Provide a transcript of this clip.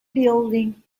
building